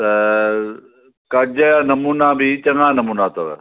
त कर्ज़ जा नमूना बि चङा नमूना अथव